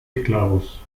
esclavos